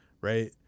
right